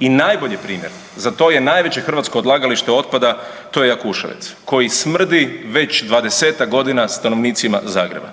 I najbolji primjer za to je najveće hrvatsko odlagalište otpada, to je Jakuševec koji smrdi već 20-tak godina stanovnicima Zagreba.